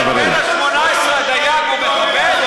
גלעד, בן ה-18 הדייג הוא מחבל?